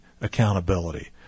accountability